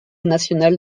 national